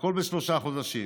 הכול בשלושה חודשים.